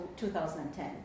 2010